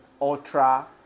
Ultra